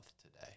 today